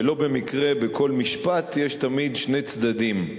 ולא במקרה בכל משפט יש תמיד שני צדדים.